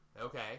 Okay